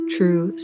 True